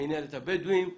מינהלת הבדואים,